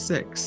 Six